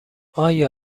آیا